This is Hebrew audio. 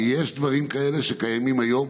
ויש דברים כאלה שקיימים היום,